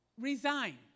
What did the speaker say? resign